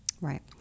Right